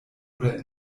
oder